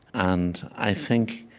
and i think